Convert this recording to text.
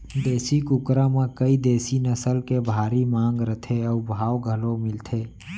देसी कुकरा म कइ देसी नसल के भारी मांग रथे अउ भाव घलौ मिलथे